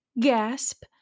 Gasp